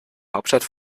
hauptstadt